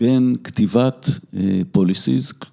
‫בין כתיבת פוליסיז...